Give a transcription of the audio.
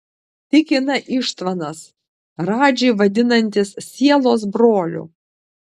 tikina ištvanas radžį vadinantis sielos broliu